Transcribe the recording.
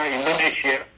Indonesia